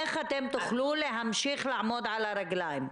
איך תוכלו להמשיך לעמוד על הרגליים?